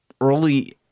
early